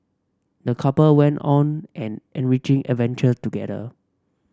the couple went on an enriching adventure together